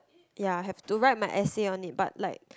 ya have to write my essay on it but like